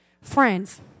Friends